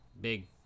big